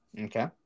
Okay